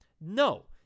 No